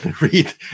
read